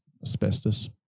asbestos